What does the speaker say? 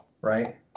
right